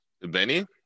Benny